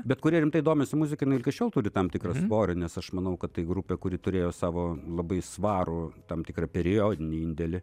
bet kurie rimtai domisi muzika jinai ir iki šiol turi tam tikrą svorį nes aš manau kad tai grupė kuri turėjo savo labai svarų tam tikrą periodinį indėlį